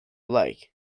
like